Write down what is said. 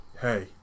hey